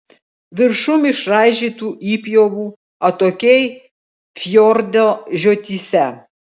viršum išraižytų įpjovų atokiai fjordo žiotyse